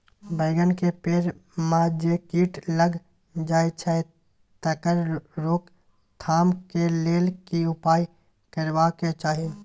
बैंगन के पेड़ म जे कीट लग जाय छै तकर रोक थाम के लेल की उपाय करबा के चाही?